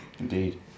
indeed